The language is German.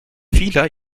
vieler